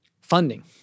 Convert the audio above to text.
funding